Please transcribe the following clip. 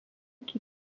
qui